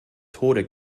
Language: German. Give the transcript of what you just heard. tode